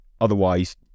Otherwise